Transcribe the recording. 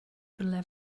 rywle